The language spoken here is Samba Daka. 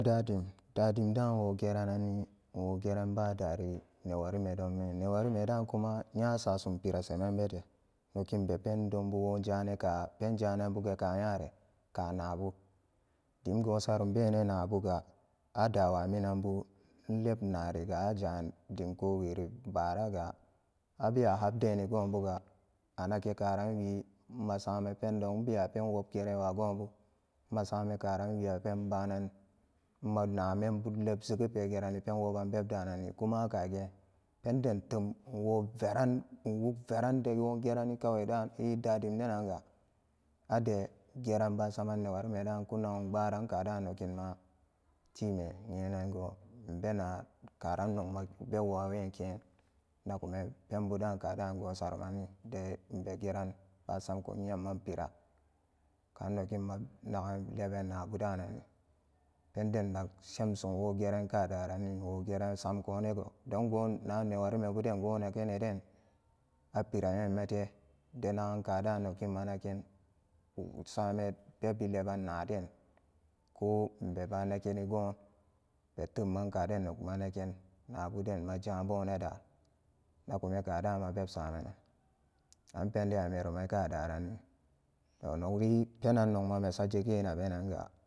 Dade dadimdan inwogerananni inwo geran ba dari newarime donbe newarime da kuma nyasasum piri seman bete nokin be poendonbu wojananka pen jananbuga ka nyare ka nabu dun gosanumbenan nabuga adawa minanbu inleb nariga ajan dim kuweri baaraga abewa hapdeni gonbuga anagekaran wi masaman pendon inbewa penm wobgeran wa gobu, masaman karanwiya pen pbanan manaa membu lebzege pegerani pen woban bebdananni kumara kagen penden tem inwo veran inwuk dewo gerani kawe dan dadimdenanga ade geran basaman newari medan ku nagum pbaran kadan ma time nyenan go inbena karan nogmabeb waweken naguman pembudan karan go saran de ibegeran basamkun nyamman pira kan nogin manag leban naabudanani penden nak shemsum inwo geran kadananni inwo geran samkunego don go nanewari mebuden gonagan neden apira nyammate de nagan kada nogin ma nagen saman bebi leban naden ko inbeba maganigon betemman kaden nogmanagen nabuden majabunada nagume kadan ma bebsamanan an penden a meroman kadaran tonagi penannogma sajegena benanga.